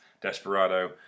Desperado